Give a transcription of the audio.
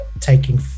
taking